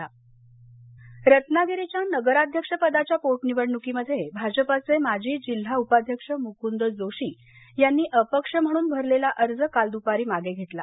नगराध्यक्षपद रत्नागिरी रत्नागिरीच्या नगराध्यक्षपदाच्या पोटनिवडणुकीमध्ये भाजपचे माजी जिल्हा उपाध्यक्ष मुकुंद जोशी यांनी अपक्ष म्हणून भरलेला अर्ज काल द्पारी मागे घेतला